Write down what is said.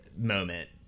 moment